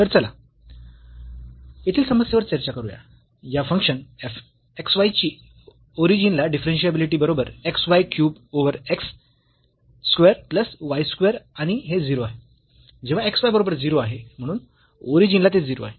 तर चला येथील समस्येवर चर्चा करूया या फंक्शन f xy ची ओरिजिन ला डिफरन्शियाबिलिटी बरोबर xy cube over x square plus y square आणि हे 0 आहे जेव्हा x y बरोबर 0 आहे म्हणून ओरिजिन ला ते 0 आहे